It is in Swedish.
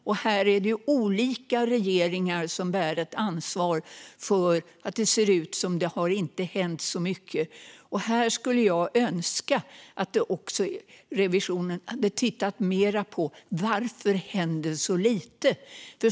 Det är olika regeringar som bär ett ansvar för att det ser ut som att det inte har hänt så mycket. Här skulle jag önska att revisionen hade tittat mer på: Varför händer det så lite?